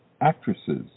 actresses